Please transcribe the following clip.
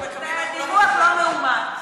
זה דיווח לא מאומת.